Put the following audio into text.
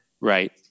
right